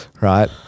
right